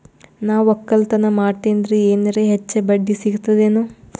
ನಾ ಒಕ್ಕಲತನ ಮಾಡತೆನ್ರಿ ಎನೆರ ಹೆಚ್ಚ ಬಡ್ಡಿ ಸಿಗತದೇನು?